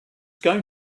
going